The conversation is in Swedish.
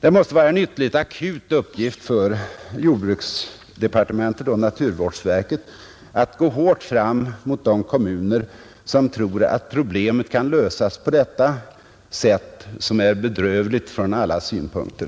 Det måste vara en ytterligt akut uppgift för jordbruksdepartementet och naturvårdsverket att gå hårt fram mot de kommuner som tror att problemet kan lösas på detta sätt, som är bedrövligt från alla synpunkter.